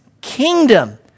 kingdom